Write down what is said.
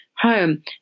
home